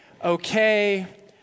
okay